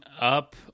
up